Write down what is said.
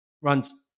runs